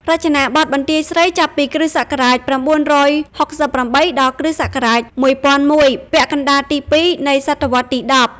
រចនាបថបន្ទាយស្រីចាប់ពី គ.ស ៩៦៨ ដល់ គ.ស ១០០១ ពាក់កណ្ដាលទី២ នៃសតវត្សរ៍ទី១០។